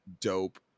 dope